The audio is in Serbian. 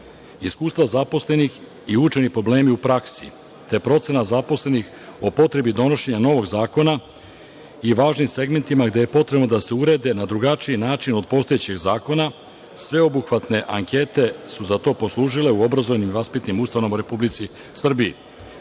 godine. Iskustva zaposlenih i učeni problemi u praksi te je procena zaposlenih o potrebi donošenja novog zakona i važnim segmentima gde je potrebno da se urede na drugačiji način od postojećeg zakona sveobuhvatno ankete su za to poslužile u obrazovno-vaspitnim ustanovama u Republici